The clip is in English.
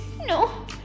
No